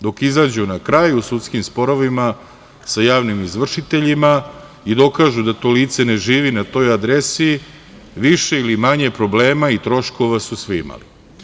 Dok izađu na kraj u sudskim sporovima sa javnim izvršiteljima i dokažu da to lice ne žive na toj adresi više ili manje problema i troškova su svi imali.